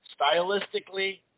Stylistically